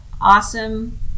awesome